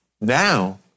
Now